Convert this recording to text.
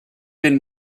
been